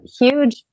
huge